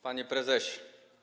Panie Prezesie!